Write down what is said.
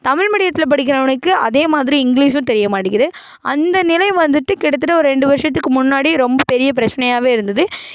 தமிழ் மீடியத்தில் படிக்கிறவனுக்கு அதேமாதிரி இங்கிலிஷும் தெரியமாட்டிங்கிது அந்த நிலை வந்துட்டு கிட்டத்தட்ட ஒரு ரெண்டு வருஷத்துக்கு முன்னாடி ரொம்ப பெரிய பிரச்சனையாகவே இருந்தது